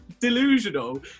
delusional